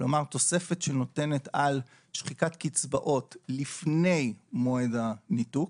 כלומר תוספת שנותנת על שחיקת קצבאות לפני מועד הניתוק.